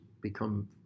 become